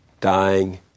dying